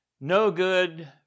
no-good